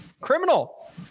criminal